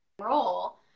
role